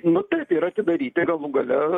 nu taip ir atidaryti galų gale